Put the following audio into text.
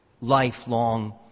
lifelong